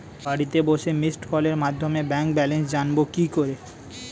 বাড়িতে বসে মিসড্ কলের মাধ্যমে ব্যাংক ব্যালেন্স জানবো কি করে?